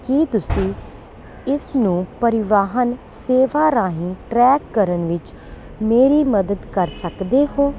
ਕੀ ਤੁਸੀਂ ਇਸ ਨੂੰ ਪਰਿਵਾਹਨ ਸੇਵਾ ਰਾਹੀਂ ਟਰੈਕ ਕਰਨ ਵਿੱਚ ਮੇਰੀ ਮਦਦ ਕਰ ਸਕਦੇ ਹੋ